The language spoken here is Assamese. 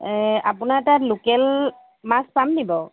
আপোনাৰ তাত লোকেল মাছ পামনে বাৰু